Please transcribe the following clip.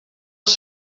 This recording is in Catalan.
els